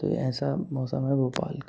तो ऐसा मौसम है भोपाल का